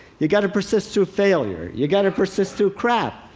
you've got to persist through failure. you've got to persist through crap!